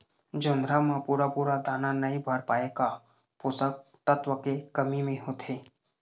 जोंधरा म पूरा पूरा दाना नई भर पाए का का पोषक तत्व के कमी मे होथे?